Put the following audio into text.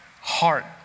heart